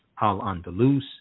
Al-Andalus